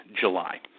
July